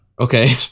Okay